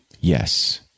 Yes